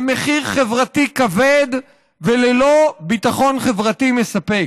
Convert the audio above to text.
במחיר חברתי כבד וללא ביטחון חברתי מספק.